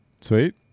Sweet